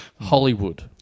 Hollywood